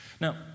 Now